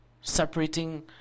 separating